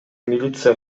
милиция